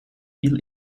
viel